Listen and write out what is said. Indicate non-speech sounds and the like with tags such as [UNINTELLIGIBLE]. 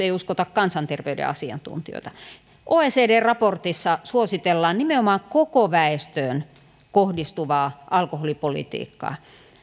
[UNINTELLIGIBLE] ei uskota kansanterveyden asiantuntijoita oecdn raportissa suositellaan nimenomaan koko väestöön kohdistuvaa alkoholipolitiikkaa